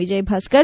Vijayabhaskar